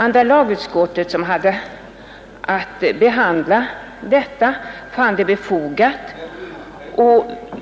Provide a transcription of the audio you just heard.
Andra lagutskottet som hade att behandla denna motion fann det befogat